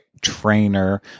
trainer